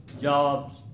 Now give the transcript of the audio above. jobs